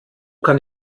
kann